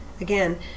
Again